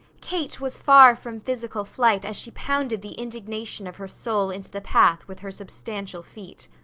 kate was far from physical flight as she pounded the indignation of her soul into the path with her substantial feet.